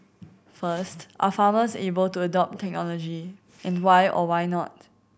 first are farmers able to adopt technology and why or why not